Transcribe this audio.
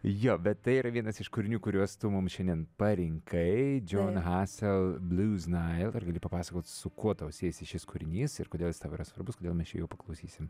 jo bet tai yra vienas iš kūrinių kuriuos tu mums šiandien parinkai jon hassell blues nile ar gali papasakot su kuo tau siejasi šis kūrinys ir kodėl jis tau yra svarbus kodėl mes čia jo paklausysim